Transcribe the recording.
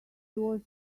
was